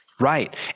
Right